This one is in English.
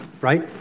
right